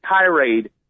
tirade